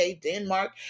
denmark